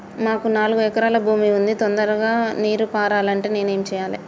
మాకు నాలుగు ఎకరాల భూమి ఉంది, తొందరగా నీరు పారాలంటే నేను ఏం చెయ్యాలే?